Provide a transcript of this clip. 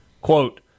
Quote